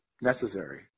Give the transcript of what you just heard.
necessary